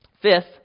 Fifth